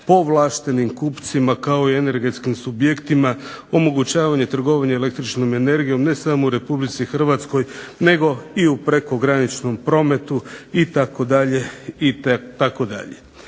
povlaštenim kupcima, kao i energetskim subjektima, omogućavanje trgovanja električnom energijom ne samo u Republici Hrvatskoj nego i u prekograničnom prometu itd.